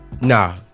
Nah